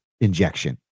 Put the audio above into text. injection